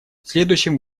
следующим